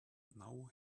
now